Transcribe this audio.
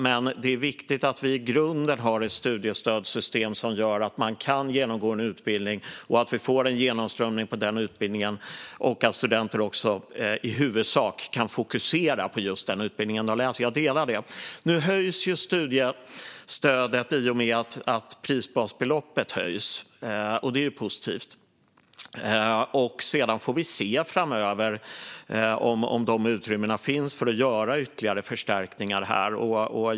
Men det är viktigt att vi i grunden har ett studiestödssystem som gör att man kan genomgå en utbildning, att vi får en genomströmning på den utbildningen och att studenter också i huvudsak kan fokusera på just den utbildning de läser. Nu höjs studiestödet i och med att prisbasbeloppet höjs. Det är positivt. Framöver får vi se om utrymmet finns för att göra ytterligare förstärkningar.